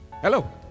Hello